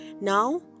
Now